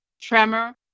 tremor